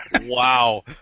Wow